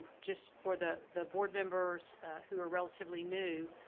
just for the the board members who are relatively new,